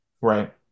right